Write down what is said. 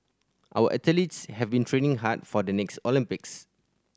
our athletes have been training hard for the next Olympics